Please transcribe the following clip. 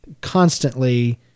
constantly